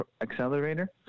accelerator